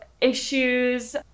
issues